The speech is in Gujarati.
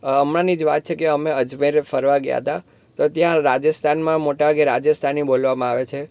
હમણાંની જ વાત છે અમે અજમેર ફરવા ગયા હતા તો ત્યાં રાજસ્થાનમાં મોટા ભાગે રાજસ્થાની બોલવામાં આવે છે